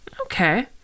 okay